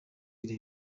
rayon